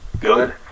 good